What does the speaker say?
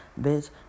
Bitch